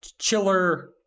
Chiller